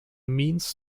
means